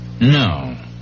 No